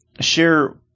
share